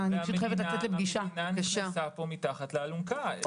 המדינה נכנסה פה מתחת לאלונקה.